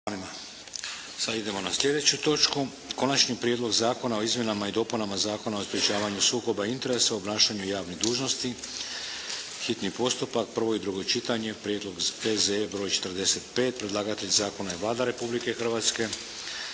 Sada idemo na sljedeću točku. - Prijedlog Zakona o izmjenama i dopunama Zakona o sprječavanju sukoba interesa u obnašanju javnih dužnosti, s Konačnim prijedlogom zakona, hitni postupak, prvo i drugo čitanje, P.Z.E. br. 45. Predlagatelj zakona je Vlada Republike Hrvatske.